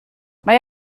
mae